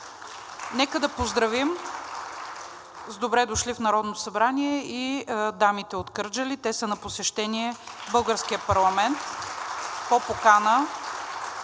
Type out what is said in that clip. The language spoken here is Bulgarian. Нека да поздравим с добре дошли в Народното събрание и дамите от Кърджали. (Ръкопляскания.) Те са на посещение в българския парламент